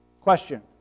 Question